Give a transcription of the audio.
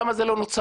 למה זה לא נוצל?